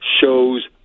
shows